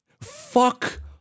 Fuck